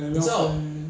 and welfare